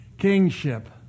kingship